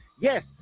Yes